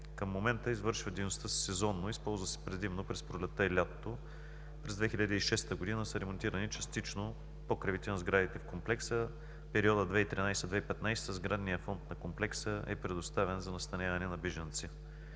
Към момента извършва дейността си сезонно, използва се предимно през пролетта и лятото. През 2006 г. са ремонтирани частично покривите на сградите в комплекса. В периода 2013 – 2015 г. сградният фонд на комплекса е предоставен за настаняване на бежанци.